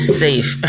safe